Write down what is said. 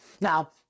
now